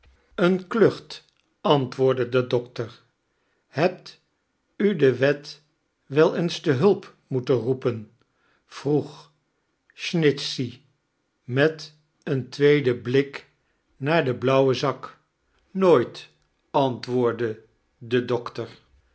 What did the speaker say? eeia klucht antwoordde de doctor hebt u de wet wel eeiis te hulp moeten roepen vroeg snitchey met een tweeden blik naar den blauwen zak nooit antwoordde de doctor